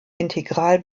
integral